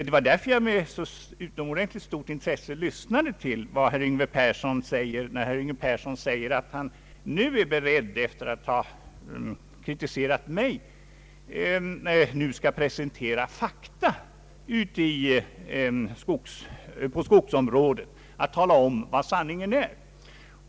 Det var därför som jag med så utomordentligt stort intresse lyssnade när herr Yngve Persson sade att han nu är beredd, efter att ha kritiserat mig, att presentera fakta på skogsområdet, att tala om vad sanningen är.